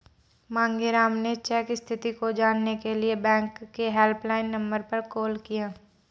मांगेराम ने चेक स्थिति को जानने के लिए बैंक के हेल्पलाइन नंबर पर कॉल किया